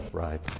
Right